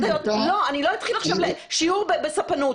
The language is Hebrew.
אני לא אתחיל לשמוע עכשיו שיעור בספנות.